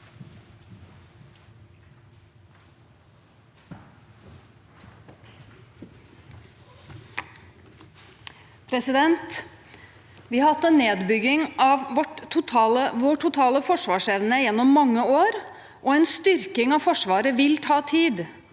Vi har hatt en nedbygging av vår totale forsvarsevne gjennom mange år, og en styrking av Forsvaret vil ta tid